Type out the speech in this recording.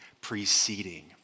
preceding